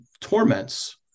torments